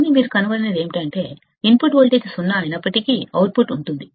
కానీ మీరు కనుగొనేది ఏమిటంటే ఇన్పుట్ వోల్టేజ్ సున్నా అయినప్పటికీ అవుట్పుట్ ఉంటుంది